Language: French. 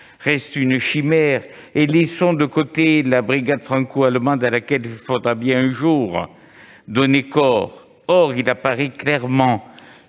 -reste une chimère et laissons de côté la brigade franco-allemande, à laquelle il faudra bien un jour donner corps. Or il apparaît clairement